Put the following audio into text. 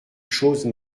chose